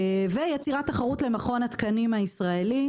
ויצירת תחרות למכון התקנים הישראלי.